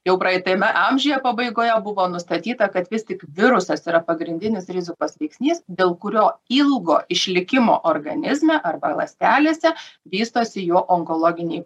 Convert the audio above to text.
jau praeitame amžiuje pabaigoje buvo nustatyta kad vis tik virusas yra pagrindinis rizikos veiksnys dėl kurio ilgo išlikimo organizme arba ląstelėse vystosi jo onkologiniai